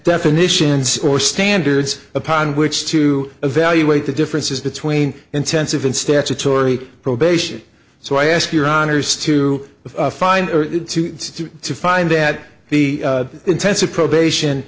definitions or standards upon which to evaluate the differences between intensive and statutory probation so i ask your honour's to find to find that the intensive probation